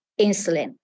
insulin